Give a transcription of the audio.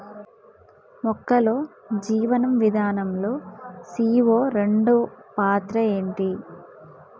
మొక్కల్లో జీవనం విధానం లో సీ.ఓ రెండు పాత్ర ఏంటి?